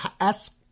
ask